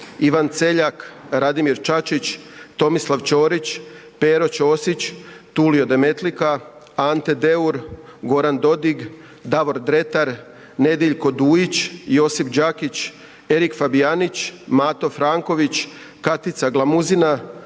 Ivan Celjak, Radimir Čačić, Tomislav Ćorić, Pero Ćosić, Tuklo Demetlika, Ante Deur, Goran Dodig, Davor Dretar, Nediljko Dujić, Josip Đakić, Erik Fabijanić, Mato Franković, Katica Glamuzina,